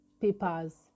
papers